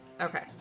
Okay